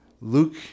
Luke